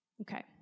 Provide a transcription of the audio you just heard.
Okay